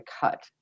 cut